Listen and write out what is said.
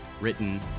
written